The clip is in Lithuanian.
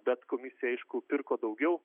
bet komisija aišku pirko daugiau